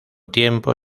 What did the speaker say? tiempo